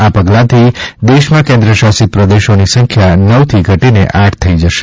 આ પગલાંથી દેશમાં કેન્દ્ર શાસિત પ્રદેશોની સંખ્યા નવથી ઘટીને આઠ થઈ જશે